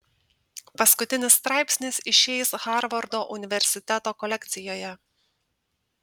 paskutinis straipsnis išeis harvardo universiteto kolekcijoje